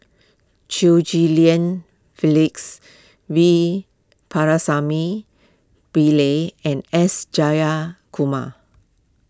Chew Ghim Lian V Pakirisamy Pillai and S Jayakumar